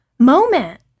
moment